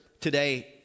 today